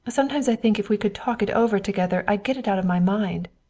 sometimes i think if we could talk it over together i'd get it out of my mind.